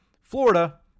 Florida